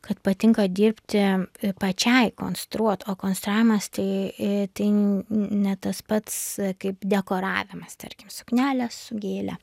kad patinka dirbti pačiai konstruot o konstravimas tai tai ne tas pats kaip dekoravimas tarkim suknelės su gėle